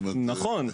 נכון.